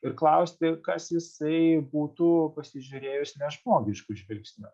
ir klausti kas jisai būtų pasižiūrėjus nežmogišku žvilgsniu